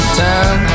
time